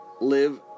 live